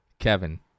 Kevin